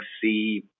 see